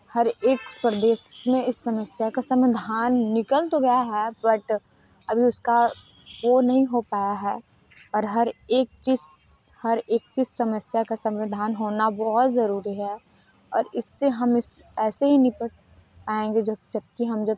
हर एक प्रदेश में इस समस्या का समाधान निकल तो गया है बट अभी उसका वह नहीं हो पाया है और हर हर एक चीज़ हर एक चीज़ समस्या का समाधान होना बहुत ज़रूरी है और इससे हम इस ऐसे ही निपट आएंगे जबकि हम जब